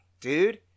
dude